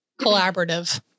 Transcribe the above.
collaborative